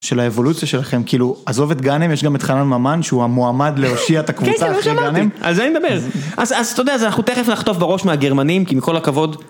של האבולוציה שלכם, כאילו, עזוב את גאנם יש גם את חנן ממן שהוא המועמד להושיע את הקבוצה אחרי גאנם. על זה אני מדבר, אז, אתה יודע, אנחנו תכף נחטוף בראש מהגרמנים כי עם כל הכבוד.